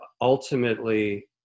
ultimately